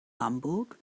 hamburg